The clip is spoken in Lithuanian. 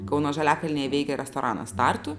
kauno žaliakalnyje veikė restoranas tartu